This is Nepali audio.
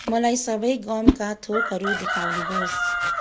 मलाई सबै गमका थोकहरू देखाउनुहोस्